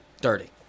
dirty